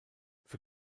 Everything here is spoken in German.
für